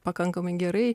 pakankamai gerai